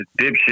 dipshit